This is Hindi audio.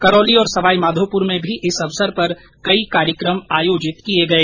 करौली और सवाई माधोपुर में भी इस अवसर पर कई कार्यक्रम आयोजित किए गए